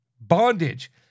bondage